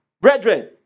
brethren